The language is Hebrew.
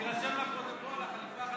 שיירשם בפרוטוקול, החליפה חדשה.